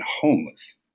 homeless